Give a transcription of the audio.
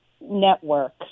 network